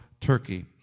turkey